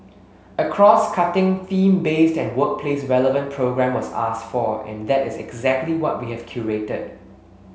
a crosscutting theme based and workplace relevant programme was asked for and that is exactly what we have curated